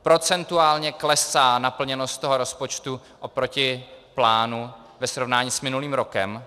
Procentuálně klesá naplněnost rozpočtu oproti plánu ve srovnání s minulým rokem.